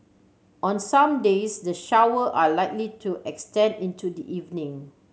on some days the shower are likely to extend into the evening